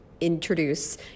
introduce